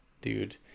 dude